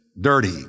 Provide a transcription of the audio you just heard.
dirty